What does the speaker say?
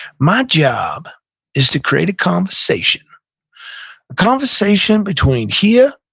my job is to create a conversation. a conversation between here,